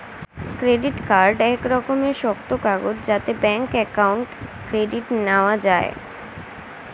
credit card এক রকমের শক্ত কাগজ যাতে ব্যাঙ্ক অ্যাকাউন্ট ক্রেডিট নেওয়া যায়